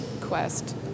quest